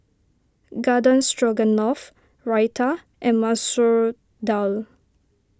Garden Stroganoff Raita and Masoor Dal